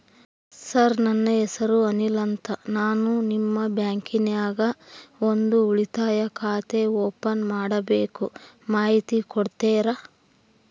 Sir ನನ್ನ ಹೆಸರು ಅನಿಲ್ ಅಂತ ನಾನು ನಿಮ್ಮ ಬ್ಯಾಂಕಿನ್ಯಾಗ ಒಂದು ಉಳಿತಾಯ ಖಾತೆ ಓಪನ್ ಮಾಡಬೇಕು ಮಾಹಿತಿ ಕೊಡ್ತೇರಾ?